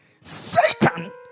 Satan